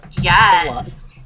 Yes